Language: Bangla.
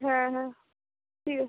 হ্যাঁ হ্যাঁ ঠিক আছে